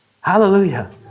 Hallelujah